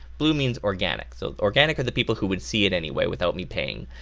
blue means organic, so organic are the people who would see it anyway without me paying.